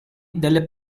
delle